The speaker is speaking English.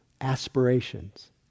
aspirations